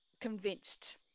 convinced